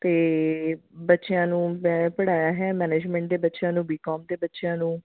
ਅਤੇ ਬੱਚਿਆਂ ਨੂੰ ਮੈਂ ਪੜ੍ਹਾਇਆ ਹੈ ਮੈਨੇਜਮੈਂਟ ਦੇ ਬੱਚਿਆਂ ਨੂੰ ਬੀਕੋਮ ਦੇ ਬੱਚਿਆਂ ਨੂੰ